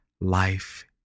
life